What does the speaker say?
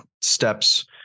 steps